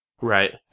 Right